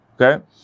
okay